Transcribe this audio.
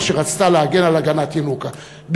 אשר רצתה להגן הגנת ינוקא.